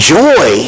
joy